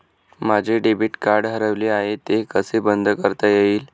माझे debit card हरवले आहे ते कसे बंद करता येईल?